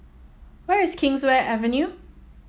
where is Kingswear Avenue